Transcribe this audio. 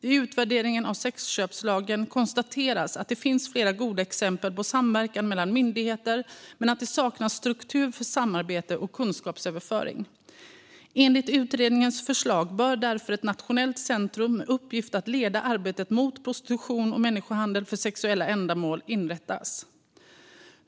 I utvärderingen av sexköpslagen konstateras att det finns flera goda exempel på samverkan mellan myndigheter men att det saknas strukturer för samarbete och kunskapsöverföring. Enligt utredningens förslag bör därför ett nationellt centrum med uppgift att leda arbetet mot prostitution och människohandel för sexuella ändamål inrättas.